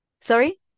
Sorry